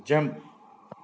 jump